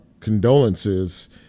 condolences